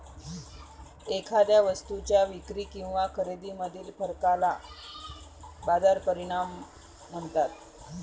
एखाद्या वस्तूच्या विक्री किंवा खरेदीमधील फरकाला बाजार परिणाम म्हणतात